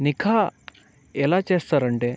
నిఖా ఎలా చేస్తారు అంటే